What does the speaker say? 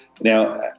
now